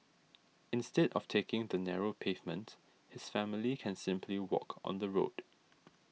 instead of taking the narrow pavement his family can simply walk on the road